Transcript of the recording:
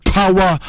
power